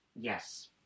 yes